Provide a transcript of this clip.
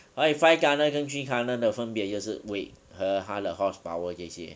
所以 five tunnel 跟 three tunnel 的分别就是 weight 和它的 horse power 这些